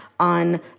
on